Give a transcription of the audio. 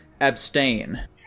Abstain